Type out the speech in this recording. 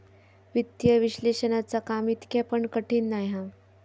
वित्तीय विश्लेषणाचा काम इतका पण कठीण नाय हा